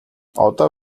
одоо